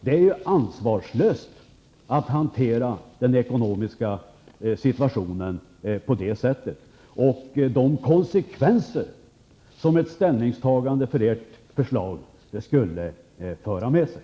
Det är ansvarslöst att hantera den ekonomiska situationen på det sättet, med tanke på de konsekvenser som ett ställningstagande för ert förslag skulle föra med sig.